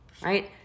Right